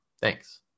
Thanks